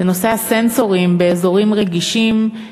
זה הסנסורים באזורים רגישים,